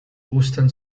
ostern